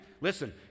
Listen